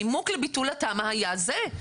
הנימוק לביטול התמ"א היה זה.